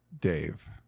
Dave